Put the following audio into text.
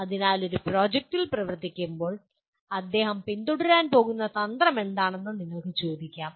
അതിനാൽ ഒരു പ്രോജക്റ്റിൽ പ്രവർത്തിക്കുമ്പോൾ അദ്ദേഹം പിന്തുടരാൻ പോകുന്ന തന്ത്രമെന്താണെന്ന് നിങ്ങൾക്ക് ചോദിക്കാം